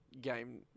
game